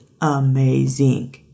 amazing